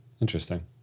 Interesting